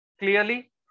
Clearly